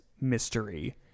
mystery